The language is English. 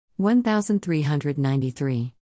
1393